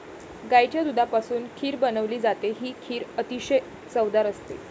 गाईच्या दुधापासून खीर बनवली जाते, ही खीर अतिशय चवदार असते